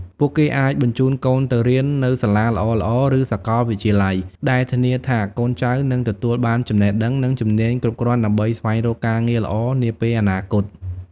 ពួកគេអាចបញ្ជូនកូនទៅរៀននៅសាលាល្អៗ ឬសាកលវិទ្យាល័យ ដែលធានាថាកូនចៅនឹងទទួលបានចំណេះដឹង និងជំនាញគ្រប់គ្រាន់ដើម្បីស្វែងរកការងារល្អនាពេលអនាគត។